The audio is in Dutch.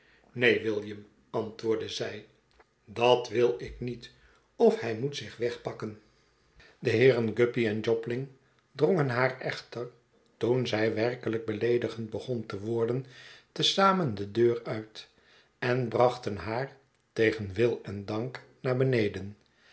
william antwoordde zij dat wil ik niet dat wil ik niet of hij moet zich wegpakken de heeren guppy en jobling drongen haar echter toen zij werkelijk beleedigend begon te worden te zamen de deur uit en brachten haar tegen wil en dank naar beneden